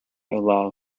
allow